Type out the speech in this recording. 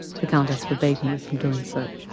the countess forbade me from doing so.